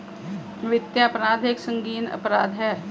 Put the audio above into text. वित्तीय अपराध एक संगीन अपराध है